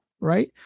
right